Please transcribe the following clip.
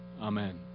Amen